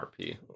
rp